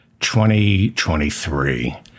2023